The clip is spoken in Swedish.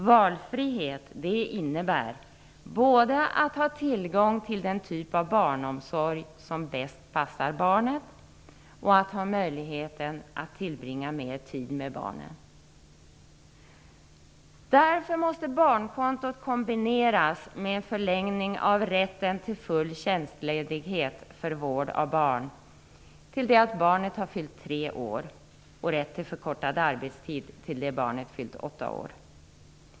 Valfrihet innebär både att ha tillgång till den typ av barnomsorg som bäst passar barnet och att ha möjligheter att tillbringa mer tid med barnet. Därför måste barnkontot kombineras med förlängning av rätten till full tjänstledighet för vård av barn till dess barnet fyllt 3 år och rätt till förkortad arbetstid till dess barnet fyllt 8 år.